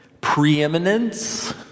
preeminence